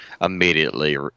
Immediately